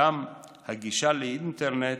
שם הגישה לאינטרנט